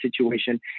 situation